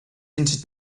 into